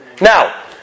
Now